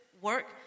work